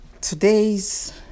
Today's